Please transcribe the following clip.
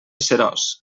seròs